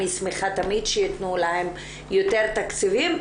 אני שמחה תמיד שיתנו להם יותר תקציבים.